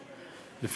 תודה,